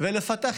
ולפתח התמחויות.